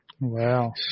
Wow